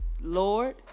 Lord